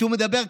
כשהוא מדבר,